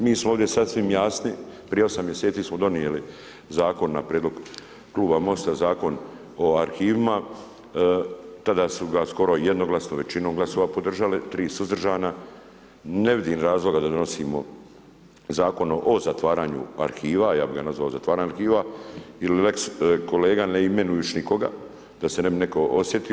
Mi smo ovdje sasvim jasni, prije 8 mjeseci smo donijeli zakon na prijedlog Kluba Mosta, Zakon o arhivima, tada su ga skoro jednoglasno, većinom glasova podržala, 3 suzdržana, ne vidim razloga da donosimo Zakon o zatvaranju arhiva, ja bi ga nazvao zatvaranje arhiva ili lex kolega, ne imenujući nikoga, da se ne bi netko osjetio.